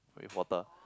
an importer